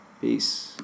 Peace